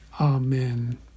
amen